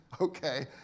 Okay